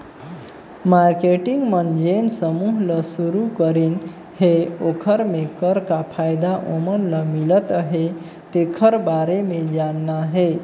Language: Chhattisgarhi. मारकेटिंग मन जेन समूह ल सुरूकरीन हे ओखर मे कर का फायदा ओमन ल मिलत अहे तेखर बारे मे जानना हे